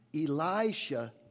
Elisha